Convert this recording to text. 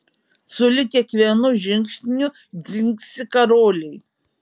sulig kiekvienu žingsniu dzingsi karoliai